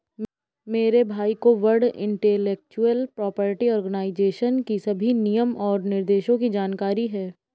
मेरे भाई को वर्ल्ड इंटेलेक्चुअल प्रॉपर्टी आर्गेनाईजेशन की सभी नियम और निर्देशों की जानकारी है